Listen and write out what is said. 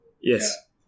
Yes